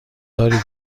داری